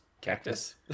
Cactus